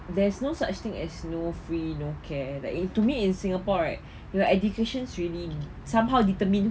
there's no such thing as no free no care like to me in singapore right your education really somehow determine